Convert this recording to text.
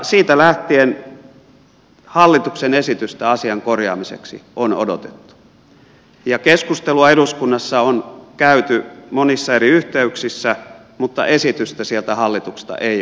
siitä lähtien hallituksen esitystä asian korjaamiseksi on odotettu ja keskustelua eduskunnassa on käyty monissa eri yhteyksissä mutta esitystä sieltä hallituksesta ei ole saatu